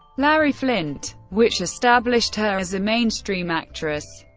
larry flynt, which established her as a mainstream actress.